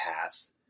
pass